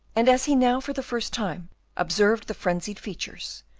and, as he now for the first time observed the frenzied features,